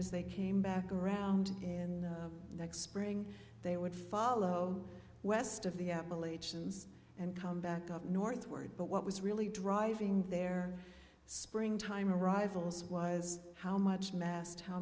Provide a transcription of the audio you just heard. as they came back around in the next spring they would follow west of the appalachians and come back up northward but what was really driving their spring time arrivals was how much massed how